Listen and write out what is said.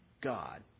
God